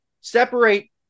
separate